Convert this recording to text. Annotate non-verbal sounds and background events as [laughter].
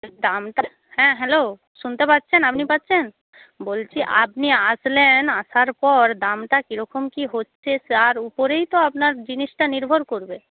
দামটা [unintelligible] হ্যাঁ হ্যালো শুনতে পাচ্ছেন আপনি পাচ্ছেন বলছি আপনি আসলেন আসার পর দামটা কীরকম কী হচ্ছে তার উপরেই তো আপনার জিনিসটা নির্ভর করবে